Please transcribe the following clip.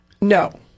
No